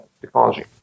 technology